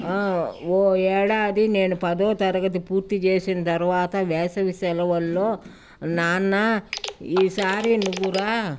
ఓ ఏడాది నేను పదో తరగతి పూర్తి చేసిన తర్వాత వేసవి సెలవుల్లో నాన్న ఈసారి నువ్వు రా